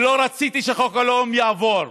ולא רציתי שחוק הלאום יעבור,